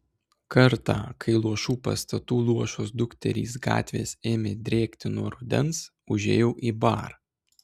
kartą kai luošų pastatų luošos dukterys gatvės ėmė drėkti nuo rudens užėjau į barą